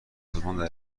سازمانها